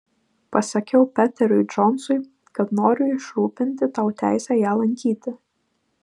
pasakiau peteriui džonsui kad noriu išrūpinti tau teisę ją lankyti